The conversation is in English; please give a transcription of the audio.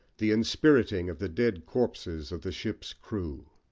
the inspiriting of the dead corpses of the ship's crew.